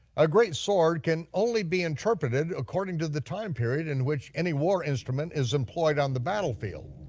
a great sword can only be interpreted according to the time period in which any war instrument is employed on the battlefield.